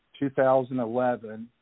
2011